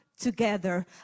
Together